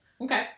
Okay